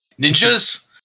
ninjas